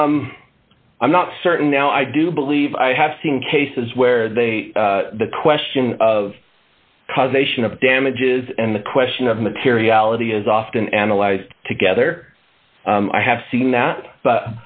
i'm not certain now i do believe i have seen cases where they the question of causation of damages and the question of materiality is often analyzed together i have seen that but